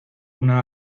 una